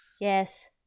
Yes